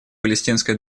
палестинской